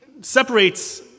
separates